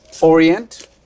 Orient